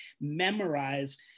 memorize